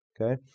Okay